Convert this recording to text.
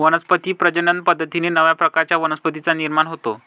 वनस्पती प्रजनन पद्धतीने नव्या प्रकारच्या वनस्पतींचा निर्माण होतो